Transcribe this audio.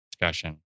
discussion